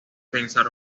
pensar